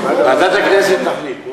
ועדת הכנסת תחליט.